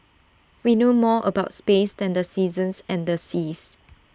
we know more about space than the seasons and the seas